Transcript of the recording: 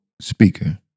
speaker